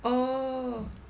oh